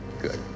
Good